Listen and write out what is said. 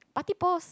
party pause